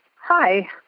Hi